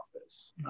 Office